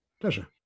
Pleasure